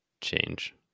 change